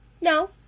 No